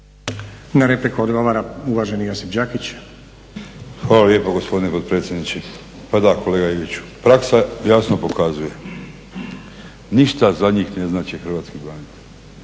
Na repliku odgovara uvaženi Josip Đakić. **Đakić, Josip (HDZ)** Hvala lijepo gospodine potpredsjedniče. Pa da, kolega Iviću, praksa jasno pokazuje. Ništa za njih ne znače hrvatski